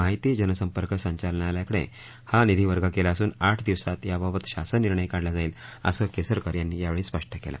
माहिती आणि जनसप्क महासद्वललनालयाकडे हा निधी वर्ग केला असुन आठ दिवसात याबाबत शासन निर्णय काढला जाईल असं केसरकर यांनी यावेळी स्पष्ट केल